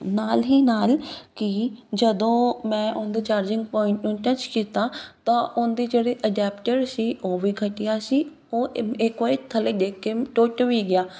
ਨਾਲ ਹੀ ਨਾਲ ਕਿ ਜਦੋਂ ਮੈਂ ਉਹਦੇ ਚਾਰਜਿੰਗ ਪੁਆਇੰਟ ਨੂੰ ਟੱਚ ਕੀਤਾ ਤਾਂ ਉਹਦੀ ਜਿਹੜਾ ਅਡੈਪਟਰ ਸੀ ਉਹ ਵੀ ਘਟੀਆ ਸੀ ਉਹ ਇੱਕ ਵਰੀ ਥੱਲੇ ਡਿਗ ਕੇ ਟੁੱਟ ਵੀ ਗਿਆ